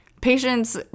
Patients